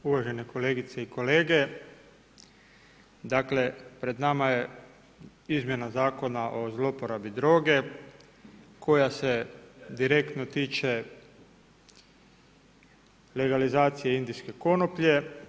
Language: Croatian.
Uvažene kolegice i kolege, dakle pred nama je izmjena Zakona o zloporabi droge koja se direktno tiče legalizacije indijske konoplje.